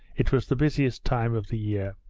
it was the busiest time of the year.